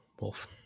wolf